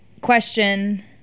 Question